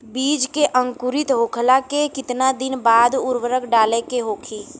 बिज के अंकुरित होखेला के कितना दिन बाद उर्वरक डाले के होखि?